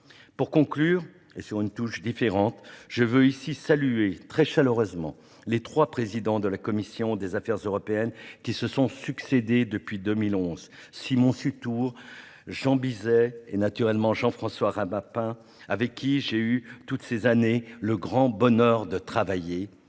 Pour conclure sur une touche différente, je tiens à saluer très chaleureusement les trois présidents de la commission des affaires européennes qui se sont succédé depuis 2011, Simon Sutour, Jean Bizet et naturellement Jean-François Rapin, avec lesquels j'ai eu, durant ces douze années, le grand bonheur de travailler.